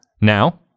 Now